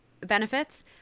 benefits